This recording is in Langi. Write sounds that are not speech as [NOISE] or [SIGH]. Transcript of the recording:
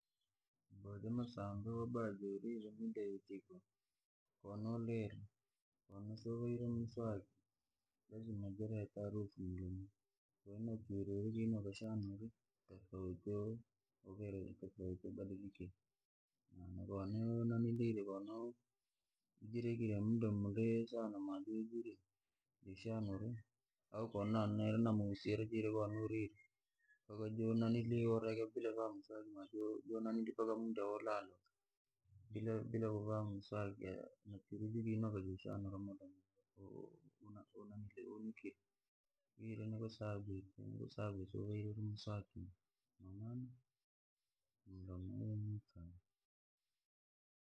Mboa jamasambi kowarire mida yauchiko, konowalire konosiwavaire muswaki, lazima jiretearafu mulomwi, kwahiyo nachuri ukashana tofauti. Wabadilikire kono wajirekire muda muda mulihi majourre kiishanauri au kono na mausi kono urire mpaka ureke vamuswaki mpaka muda wolala, bilakuvaa muswaki nachuri kii ujashona mulomo wanyukire, irani kwasababu siuvaire muswaki [UNINTELLIGIBLE] mulomwi.